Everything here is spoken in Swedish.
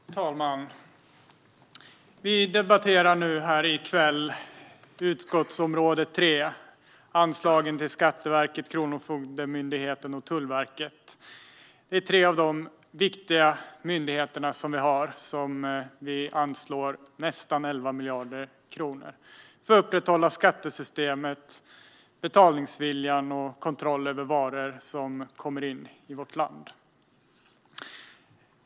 Herr talman! Vi debatterar nu här i kväll utgiftsområde 3 och anslagen till Skattemyndigheten, Kronofogdemyndigheten och Tullverket. Det är tre viktiga myndigheter som vi anslår nästan 11 miljarder kronor till, för att upprätthålla skattesystemet, betalningsviljan och kontrollen över varor som kommer in i vårt land.